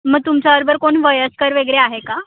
मग तुमच्याबरोबर कोण वयस्कर वगैरे आहे का